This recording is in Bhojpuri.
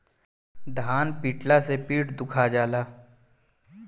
धान पिटाला से पीठ दुखा जाला